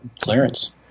Clearance